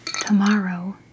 tomorrow